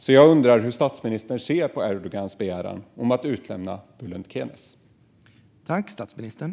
Hur ser statsministern på Erdogans begäran om att utlämna Bülent Kenes?